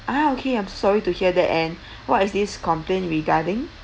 ah okay I'm sorry to hear that and what is this complaint regarding